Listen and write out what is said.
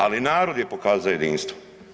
Ali narod je pokazao jedinstvo.